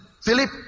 Philip